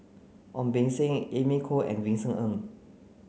Ong Beng Seng Amy Khor and Vincent Ng